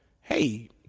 hey